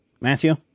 Matthew